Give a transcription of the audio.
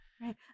Right